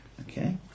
Okay